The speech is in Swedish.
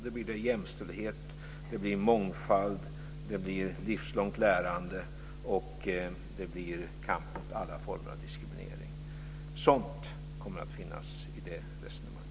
Det blir jämställdhet, mångfald, livslångt lärande och kamp mot alla former av diskriminering. Sådant kommer att finnas i det resonemanget.